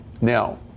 Now